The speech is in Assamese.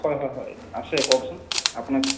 হয় হয় হয় আছে কওকচোন আপোনাক